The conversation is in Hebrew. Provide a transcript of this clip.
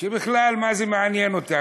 שבכלל מה זה מעניין אותם,